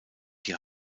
die